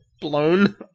blown